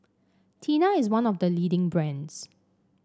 Tena is one of the leading brands